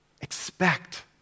expect